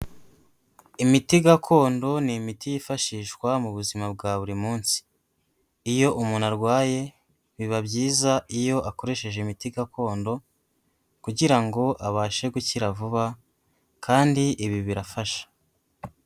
Imiti gakondo ni imiti yifashishwa mu buzima bwa buri munsi. Iyo umuntu arwaye biba byiza iyo akoresheje imiti gakondo, kugira ngo abashe gukira vuba, kandi ibi birafasha.